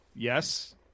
Yes